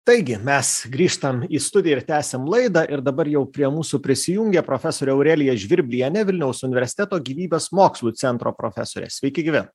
taigi mes grįžtam į studiją ir tęsiam laidą ir dabar jau prie mūsų prisijungė profesorė aurelija žvirblienė vilniaus universiteto gyvybės mokslų centro profesorė sveiki gyvi